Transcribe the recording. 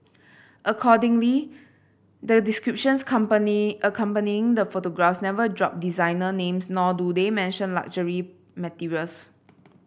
accordingly the descriptions accompanying the photographs never drop designer names nor do they mention luxury materials